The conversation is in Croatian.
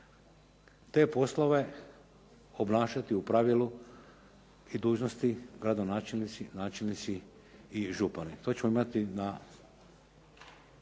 te poslove obnašati u pravilu i dužnosti gradonačelnici, načelnici i župani. To ćemo imati na,